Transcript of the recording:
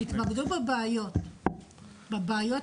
שיתמקדו בבעיות ובקשיים.